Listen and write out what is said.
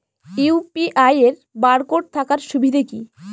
UPI এর barcode থাকার সুবিধে কি?